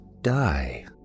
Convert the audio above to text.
die